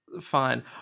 Fine